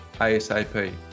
ASAP